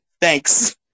Thanks